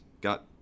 got